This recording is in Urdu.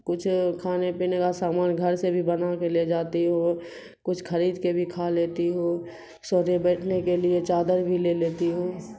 کچھ کھانے پینے کا سامان گھر سے بھی بنا کے لے جاتی ہوں کچھ خرید کے بھی کھا لیتی ہوں سونے بیٹھنے کے لیے چادر بھی لے لیتی ہوں